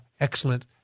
excellent